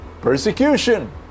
persecution